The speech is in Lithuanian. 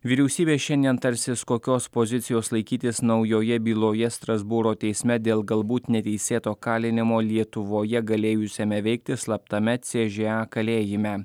vyriausybė šiandien tarsis kokios pozicijos laikytis naujoje byloje strasbūro teisme dėl galbūt neteisėto kalinimo lietuvoje galėjusiame veikti slaptame ce žė a kalėjime